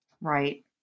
Right